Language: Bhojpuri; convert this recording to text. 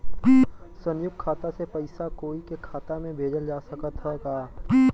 संयुक्त खाता से पयिसा कोई के खाता में भेजल जा सकत ह का?